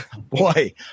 boy